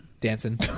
Dancing